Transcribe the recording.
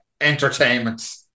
entertainment